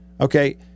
Okay